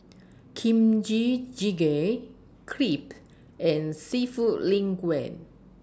Kimchi Jjigae Crepe and Seafood Linguine